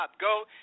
go